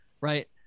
right